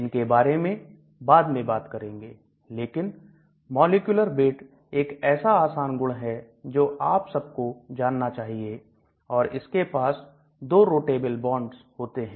इनके बारे में बाद में बात करेंगे लेकिन मॉलिक्यूलर वेट एक ऐसा आसान गुण है जो आप सबको जानना चाहिए और इसके पास दो rotable bonds होते हैं